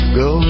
go